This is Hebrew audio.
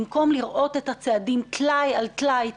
במקום לראות את הצעדים טלאי על טלאי,